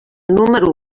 número